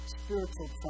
spiritual